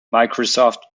microsoft